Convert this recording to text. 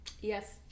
Yes